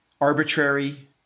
arbitrary